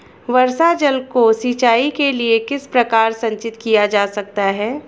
वर्षा जल को सिंचाई के लिए किस प्रकार संचित किया जा सकता है?